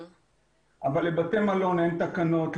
אבל לבתי מלון אין תקנות,